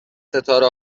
ستاره